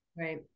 Right